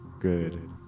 Good